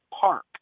park